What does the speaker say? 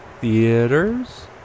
theaters